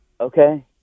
okay